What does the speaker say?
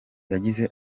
yagize